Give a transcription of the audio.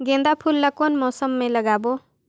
गेंदा फूल ल कौन मौसम मे लगाबो?